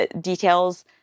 details –